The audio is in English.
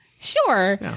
Sure